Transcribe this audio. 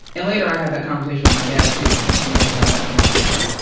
and later, i had that conversation with my dad, too. we had to have that conversation.